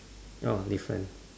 oh different